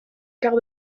quart